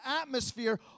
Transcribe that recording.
atmosphere